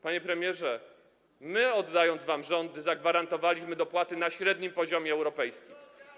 Panie premierze, my, oddając wam rządy, zagwarantowaliśmy dopłaty na średnim poziomie europejskim.